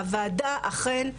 והוועדה אכן,